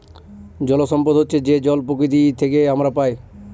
জল সম্পদ হচ্ছে যে জল প্রকৃতি থেকে আমরা পায়